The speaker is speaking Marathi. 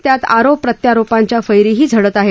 त्यात आरोप प्रत्यारोपांच्या फैरीही झडत आहेत